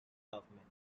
government